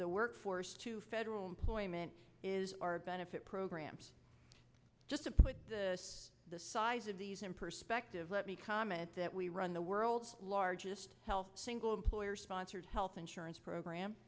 the workforce to federal employment is our benefit programs just to put the size of these in perspective let me comment that we run the world's largest health single employer sponsored health insurance program